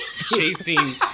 chasing